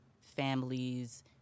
families